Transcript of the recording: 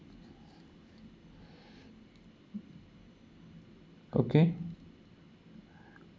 okay